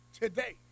today